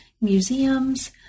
museums